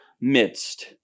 midst